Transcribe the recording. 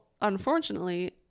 unfortunately